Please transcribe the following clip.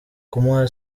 kumuha